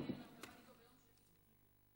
אני לא ראיתי הרבה אנשי קואליציה מצביעים נגד הקואליציה הרבה